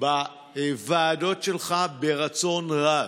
בוועדות שלך ברצון רב.